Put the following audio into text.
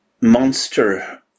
monster